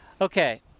Okay